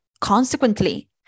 Consequently